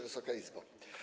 Wysoka Izbo!